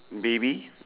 baby